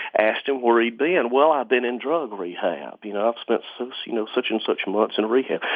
asked him where he'd been well, i've been in drug rehab. you know i've spent so so you know such and such months in rehab.